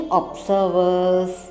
observers